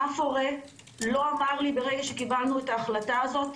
אף הורה לא אמר לי ברגע שקיבלנו את ההחלטה הזאת,